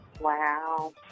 Wow